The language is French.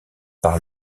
par